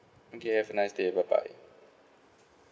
okay have a nice day bye bye